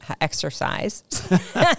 exercise